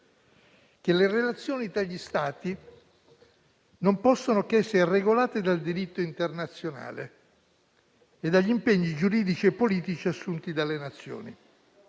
che le relazioni tra gli Stati non possono che essere regolate dal diritto internazionale e dagli impegni giuridici e politici assunti dalle Nazioni.